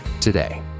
today